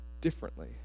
differently